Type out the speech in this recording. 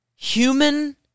human